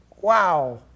Wow